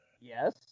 Yes